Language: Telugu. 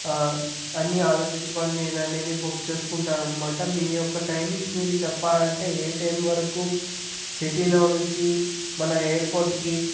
అన్ని ఆలోచించుకొని నేననేది బుక్ చేసుకుంటాననమాట మీయొక్క టైమింగ్స్ మీరు చెప్పారంటే ఏ టైం వరకు సిటీలో నుంచి మన ఎయిర్పోర్ట్కి